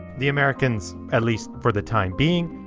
the americans, at least for the time being,